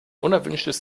unerwünschtes